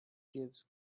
gives